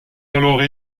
alors